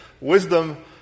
Wisdom